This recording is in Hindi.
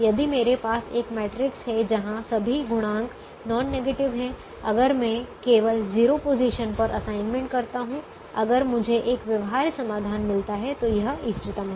यदि मेरे पास एक मैट्रिक्स है जहां सभी गुणांक नॉन नेगेटिव हैं अगर मैं केवल 0 पोजीशन पर असाइनमेंट करता हूं अगर मुझे एक व्यवहार्य समाधान मिलता है तो यह इष्टतम है